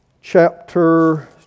chapter